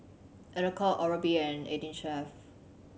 Alcott Oral B and Eighteen Chef